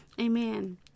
Amen